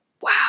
wow